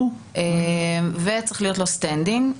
צריך להיות לו סטנדינג.